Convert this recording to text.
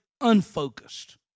unfocused